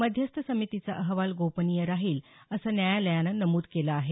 मध्यस्थ समितीचा अहवाल गोपनीय राहील असं न्यायालयानं नमूद केलं आहे